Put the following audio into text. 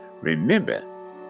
Remember